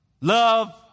Love